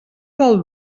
del